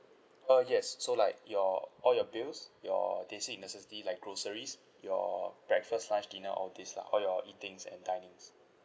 uh yes so like your all your bills your basic necessity like groceries your breakfast lunch dinner all these lah all your eatings and dinings